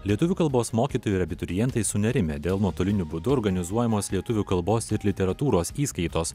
lietuvių kalbos mokytojai ir abiturientai sunerimę dėl nuotoliniu būdu organizuojamos lietuvių kalbos ir literatūros įskaitos